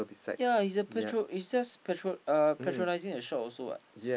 yea he's a he's just patro~ uh patronising the shop also what